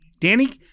Danny